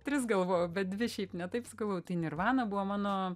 tris galvojau bet dvi šiaip ne taip sugalvojau tai nirvana buvo mano